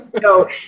No